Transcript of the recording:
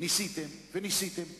ניסיתם וניסיתם וניסיתם,